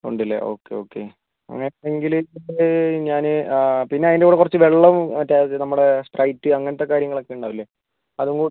ഉണ്ട് ലെ okay okay അങ്ങനെയാണെങ്കിൽ ഇപ്പോൾ ഞാൻ പിന്നെ അതിൻ്റെ കൂടെ കുറച്ച് വെള്ളവും മറ്റേ നമ്മുടെ സ്പ്രൈറ്റ് അങ്ങനത്തെ കാര്യങ്ങളൊക്കെ ഉണ്ടാവില്ലേ അതുകൂടെ